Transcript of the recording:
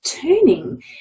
turning